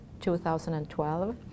2012